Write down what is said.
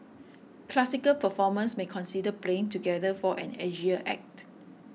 classical performers may consider playing together for an edgier act